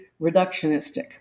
reductionistic